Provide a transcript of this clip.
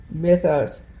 mythos